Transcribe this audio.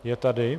Je tady?